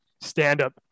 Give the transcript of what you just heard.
stand-up